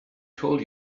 told